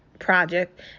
project